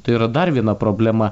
tai yra dar viena problema